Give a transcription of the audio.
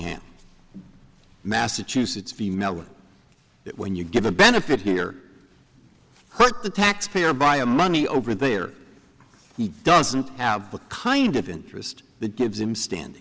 him massachusetts female with it when you give a benefit here cut the taxpayer by a money over there he doesn't have the kind of interest that gives him stand